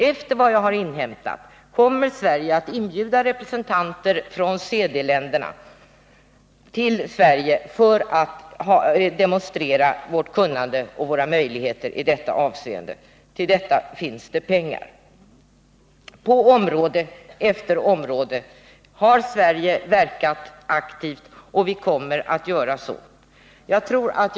Enligt vad jag har inhämtat kommer Sverige att inbjuda representanter från CD-länderna till Sverige för att demonstrera vårt kunnande och våra möjligheter i detta avseende. Till detta finns det pengar. På område efter område har Sverige verkat aktivt, och vi kommer att göra det också i fortsättningen.